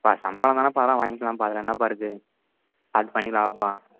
பா சம்பளம் தானேப்பா அதெல்லாம் வாங்கிகலாம்ப்பா அதில் என்னப்பா இருக்குது பார்த்து பண்ணிக்கலாம் வாப்பா